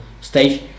stage